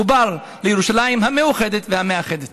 מחובר לירושלים המאוחדת והמאחדת.